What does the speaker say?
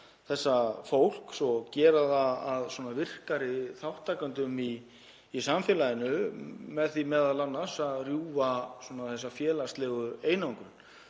þessa fólks og gera það að virkari þátttakendum í samfélaginu með því m.a. að rjúfa þessa félagslegu einangrun.